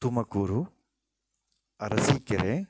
Tumakuru Arsikere